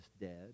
dead